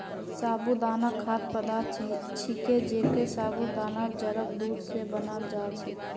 साबूदाना खाद्य पदार्थ छिके जेको साबूदानार जड़क दूध स बनाल जा छेक